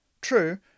True